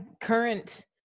current